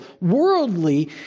worldly